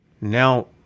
Now